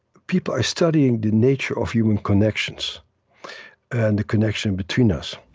people are studying the nature of human connections and the connection between us,